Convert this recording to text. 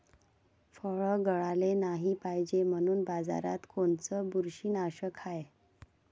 फळं गळाले नाही पायजे म्हनून बाजारात कोनचं बुरशीनाशक हाय?